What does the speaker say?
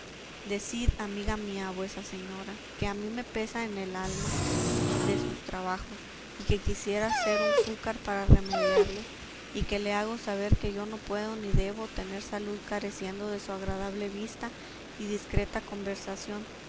decid amiga mía a vuesa señora que a mí me pesa en el alma de sus trabajos y que quisiera ser un fúcar para remediarlos y que le hago saber que yo no puedo ni debo tener salud careciendo de su agradable vista y discreta conversación